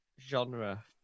genre